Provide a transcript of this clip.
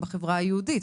בחברה היהודית.